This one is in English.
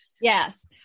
Yes